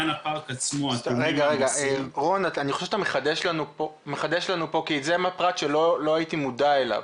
שאתה מחדש לנו פה כי זה פרט שלא הייתי מודע אליו.